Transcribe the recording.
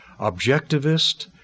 objectivist